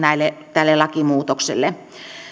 tälle lakimuutokselle